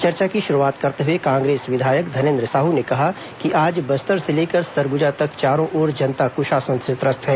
चर्चा की शुरूआत करते हुए कांग्रेस विधायक धनेन्द्र साहू ने कहा कि आज बस्तर से लेकर सरगुजा तक चारों ओर जनता कुशासन से त्रस्त है